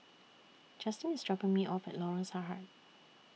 Justyn IS dropping Me off At Lorong Sarhad